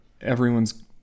everyone's